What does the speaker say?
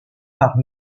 par